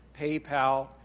PayPal